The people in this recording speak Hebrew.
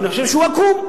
ואני חושב שהוא עקום,